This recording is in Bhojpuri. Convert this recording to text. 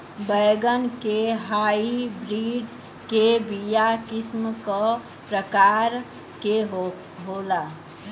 बैगन के हाइब्रिड के बीया किस्म क प्रकार के होला?